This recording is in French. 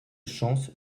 chance